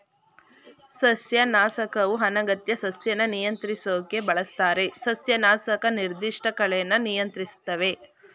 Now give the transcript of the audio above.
ಸಸ್ಯನಾಶಕವು ಅನಗತ್ಯ ಸಸ್ಯನ ನಿಯಂತ್ರಿಸೋಕ್ ಬಳಸ್ತಾರೆ ಸಸ್ಯನಾಶಕ ನಿರ್ದಿಷ್ಟ ಕಳೆನ ನಿಯಂತ್ರಿಸ್ತವೆ